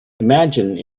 imagine